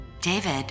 David